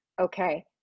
okay